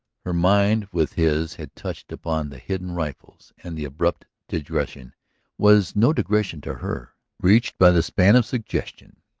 her mind with his had touched upon the hidden rifles, and the abrupt digression was no digression to her, reached by the span of suggestion.